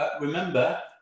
Remember